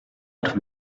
arts